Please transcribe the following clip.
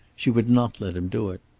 she would not let him do it.